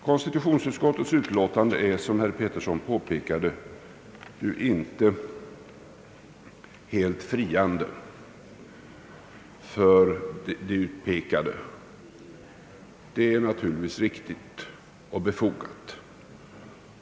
Konstitutionsutskottets utlåtande är, som herr Georg Pettersson påpekade, inte helt friande för de utpekade, vilket naturligtvis är riktigt och befogat.